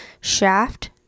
shaft